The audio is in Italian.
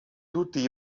tutti